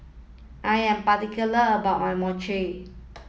I am particular about my Mochi